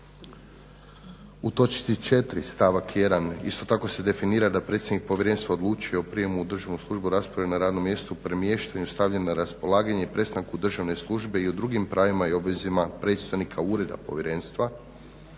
U točci 4. stavak 1. isto tako se definira da predsjednik povjerenstva odlučuje o prijemu u državnu službu rasporeda na radno mjesta premještanja i stavljanja na raspolaganje i prestanku državne službe i o drugim pravima i obvezama predstojnika ureda povjerenstva.